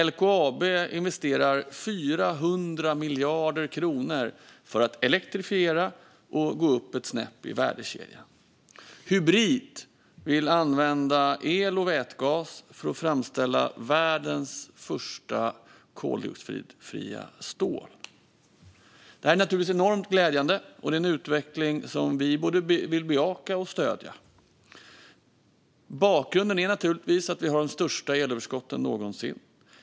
LKAB investerar 400 miljarder kronor för att elektrifiera och gå upp ett snäpp i värdekedjan. Hybrit vill använda el och vätgas för att framställa världens första koldioxidfria stål. Detta är givetvis enormt glädjande och en utveckling som vi vill både bejaka och stödja. Bakgrunden är givetvis att vi har de största elöverskotten någonsin.